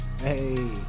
Hey